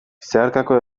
zeharkako